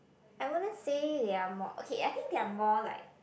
I wouldn't say they are more okay I think they are more like